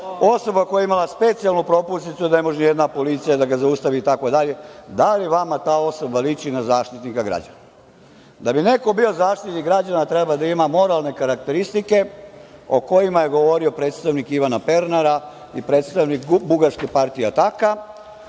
osoba koja je imala specijalnu propusnicu da ne može ni jedna policija da ga zaustavi, itd, da li vama ta osoba liči na Zaštitnika građana? Da bi neko bio Zaštitnik građana, treba da ima moralne karakteristike o kojima je govorio predstavnik Ivana Pernara i predstavnik bugarske partije Ataka.